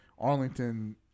Arlington